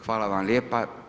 Hvala vam lijepa.